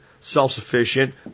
self-sufficient